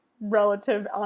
relative